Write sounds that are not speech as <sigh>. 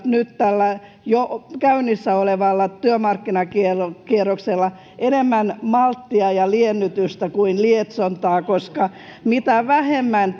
<unintelligible> nyt jo käynnissä olevalla työmarkkinakierroksella enemmän malttia ja liennytystä kuin lietsontaa koska mitä vähemmän <unintelligible>